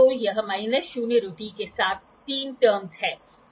तो यह माइनस शून्य त्रुटि के साथ तीन टर्मस हैं